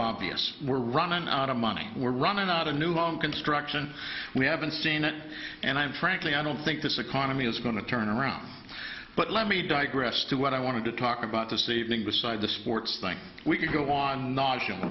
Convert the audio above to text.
obvious we're running out of money we're running out of new home construction we haven't seen it and i'm frankly i don't think this economy is going to turn around but let me digress to what i want to talk about this evening beside the sports thing we could go on knowledgeable